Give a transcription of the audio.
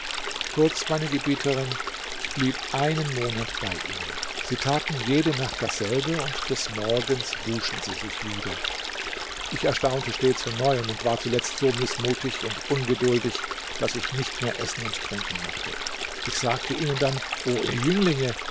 kurz meine gebieterin ich blieb einen monat bei ihnen sie taten jede nacht dasselbe und des morgens wuschen sie sich wieder ich erstaunte stets von neuem und war zuletzt so mißmutig und ungeduldig daß ich nicht mehr essen und trinken mochte ich sagte ihnen dann o ihr jünglinge